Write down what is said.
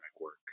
work